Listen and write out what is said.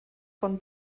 von